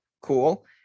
Cool